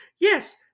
Yes